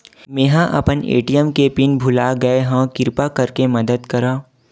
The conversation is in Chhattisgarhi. मेंहा अपन ए.टी.एम के पिन भुला गए हव, किरपा करके मदद करव